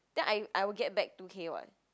then I I will get back two-K what